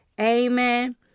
Amen